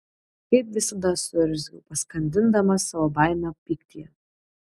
kaip visada suurzgiau paskandindama savo baimę pyktyje